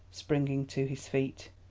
springing to his feet.